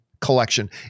collection